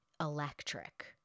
electric